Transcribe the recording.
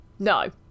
no